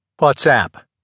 WhatsApp